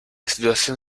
situación